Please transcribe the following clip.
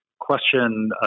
question